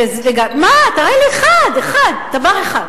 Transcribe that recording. תראה לי אחד, דבר אחד.